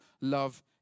love